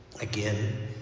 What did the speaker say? again